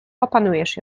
opanujesz